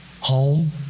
Home